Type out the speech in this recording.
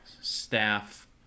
staff